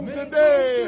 today